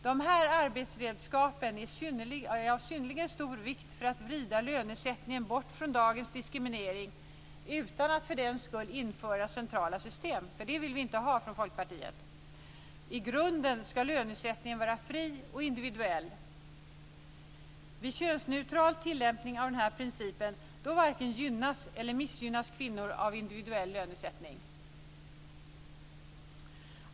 Dessa arbetsredskap är av synnerligen stor vikt för att vrida lönesättningen bort från dagens diskriminering utan att för den skull införa centrala system. Det vill vi inte ha från Folkpartiets sida. I grunden skall lönesättningen vara fri och individuell. Vid könsneutral tillämpning av denna princip varken gynnas eller missgynnas kvinnor av individuell lönesättning.